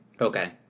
Okay